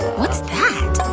what's that?